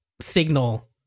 signal